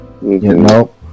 Nope